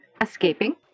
escaping